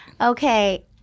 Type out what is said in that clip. Okay